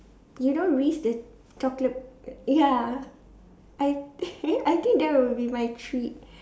you know Reese the chocolate uh ya I I think that will be my treat